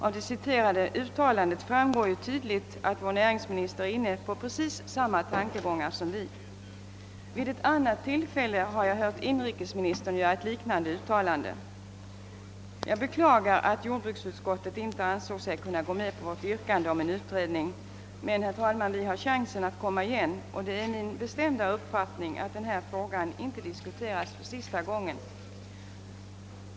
Av det citerade uttalandet framgår tydligt att vår näringsminister är inne på precis samma tankegångar som vi. Vid ett annat tillfällle har jag hört inrikesministern göra ett liknande uttalande. Jag beklagar att jordbruksutskottet inte ansåg sig kunna gå med på vårt yrkande om en utredning, men herr talman, vi har chansen att komma igen, och det är min bestämda uppfattning att denna fråga inte har diskuterats för sista gången.